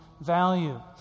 value